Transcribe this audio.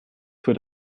für